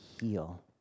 heal